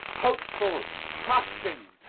hopeful, trusting,